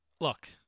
Look